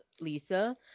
Lisa